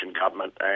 government